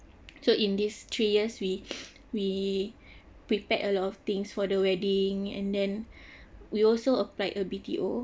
so in these three years we we prepared a lot of things for the wedding and then we also apply a B_T_O